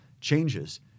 changes